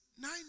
Nine